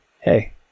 hey